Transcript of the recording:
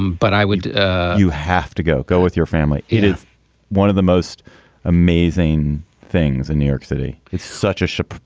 um but i would you have to go. go with your family. it is one of the most amazing things in new york city. it's such a ship.